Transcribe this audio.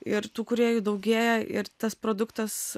ir tų kūrėjų daugėja ir tas produktas